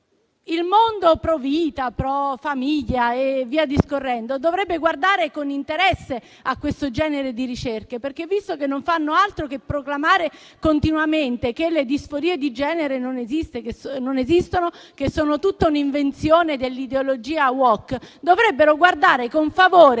il mondo *pro* vita e *pro* famiglia dovrebbe guardare con interesse a questo genere di ricerche perché, visto che non fanno altro che proclamare continuamente che le disforie di genere non esistono, che sono tutta un'invenzione dell'ideologia *woke*, dovrebbero guardare con favore